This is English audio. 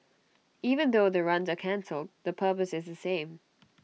even though the runs are cancelled the purpose is the same